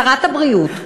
שרת הבריאות,